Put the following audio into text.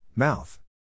Mouth